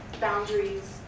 boundaries